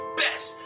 best